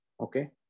Okay